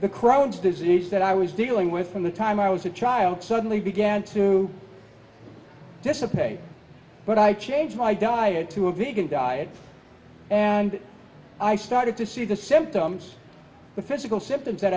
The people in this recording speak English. the crones disease that i was dealing with from the time i was a child suddenly began to dissipate but i changed my diet to a beacon diet and i started to see the symptoms the physical symptoms that